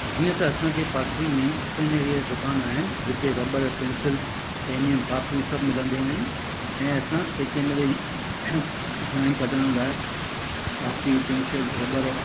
जीअं त असां खे पासे में स्टेशनरीअ जा दुकान आहिनि जिते रॿड़ पैंसिल पैनियूं कापियूं सभु मिलंदा आहिनि ऐं असां कंहिं कंहिं महिल ड्राइंग कढण लाइ कापी पैंसिल रॿड़